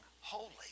holy